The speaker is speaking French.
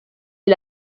est